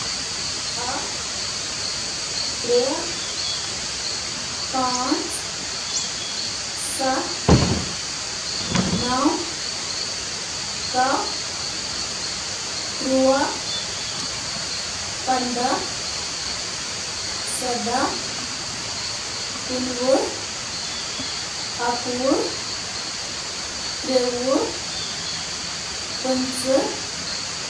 اکھ، ترٛےٚ، پانٛژھ، سَت، نَو، کاہ، تُرٛواہ ، پنٛدہہ ، سَداہ ، کُنوُہ ، اَکہٕ وُہُہ ، ترٛوُہُہ ، پنٛژوُہِم ، سَتووُہ۔